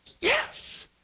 Yes